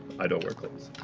i don't wear clothes.